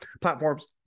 platforms